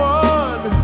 one